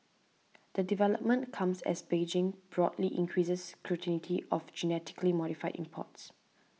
the development comes as Beijing broadly increases scrutiny of genetically modified imports